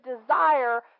desire